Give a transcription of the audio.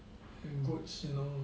goods you know